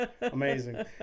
amazing